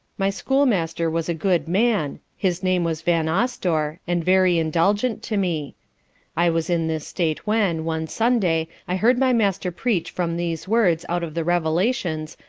my schoolmaster was a good man, his name was vanosdore, and very indulgent to me i was in this state when, one sunday, i heard my master preach from these words out of the revelations,